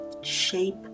shape